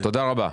תודה רבה.